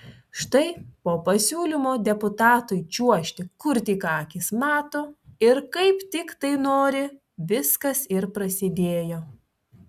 štai po pasiūlymo deputatui čiuožti kur tik akys mato ir kaip tik tai nori viskas ir prasidėjo